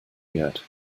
yet